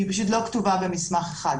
היא פשוט לא כתובה במסמך אחד,